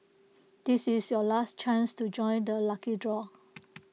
this is your last chance to join the lucky draw